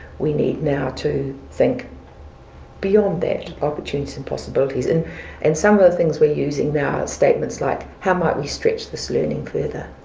we need now to think beyond that opportunities and possibilities and and some of the things we're using now are statements like, how might we stretch this learning further?